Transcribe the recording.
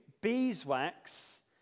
beeswax